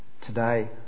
Today